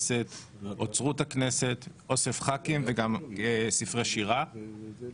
השקעת משאבים לא סבירה לצרכים שאנחנו לא צריכים.